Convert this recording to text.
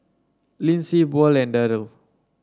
Lissie Buel and Darell